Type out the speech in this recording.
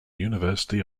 university